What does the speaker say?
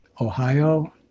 Ohio